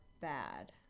bad